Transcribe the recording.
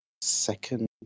Second